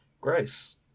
Grace